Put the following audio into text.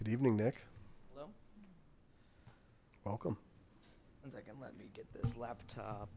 good evening nick welcome let me get this laptop